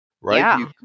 right